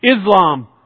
Islam